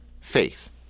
faith